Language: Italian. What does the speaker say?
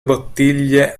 bottiglie